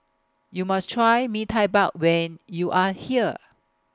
YOU must Try Mee Tai Bao when YOU Are here